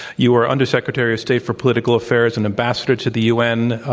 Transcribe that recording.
you were undersecretary of state for political affairs and ambassador to the u. n.